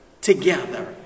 together